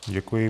Děkuji.